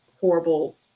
horrible